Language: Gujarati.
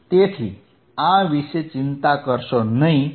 તેથી આ વિશે ચિંતા કરશો નહીં